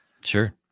Sure